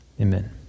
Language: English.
Amen